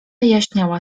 jaśniała